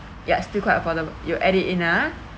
yeah still quite affordab~ you add it in ah